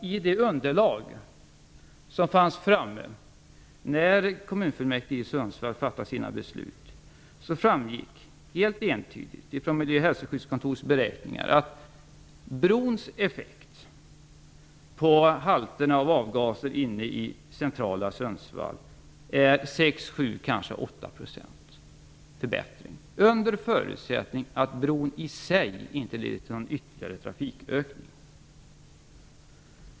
I det underlag som fanns med när kommunfullmäktige i Sundsvall fattade sina beslut framgick det helt entydigt av miljö och hälsoskyddskontorets beräkningar att brons effekt på halterna av avgaser inne i centrala Sundsvall är en förbättring med 6 %, 7 % kanske 8 % under förutsättning att bron i sig inte leder till någon ytterligare trafikökning.